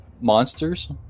Monsters